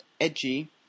edgy